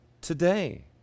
today